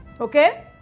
Okay